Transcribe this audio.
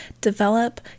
Develop